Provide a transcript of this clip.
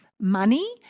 Money